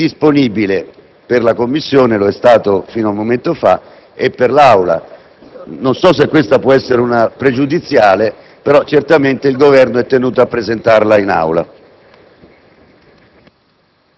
è indisponibile per la Commissione e per l'Aula. Non so se questa può essere una pregiudiziale, però certamente il Governo è tenuto a presentarla in Aula.